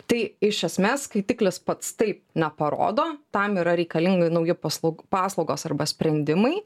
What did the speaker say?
tai iš esmės skaitiklis pats taip neparodo tam yra reikalinga nauja paslaug paslaugos arba sprendimai